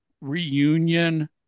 reunion